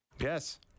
Yes